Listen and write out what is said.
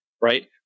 right